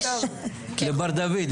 לבר-דוד,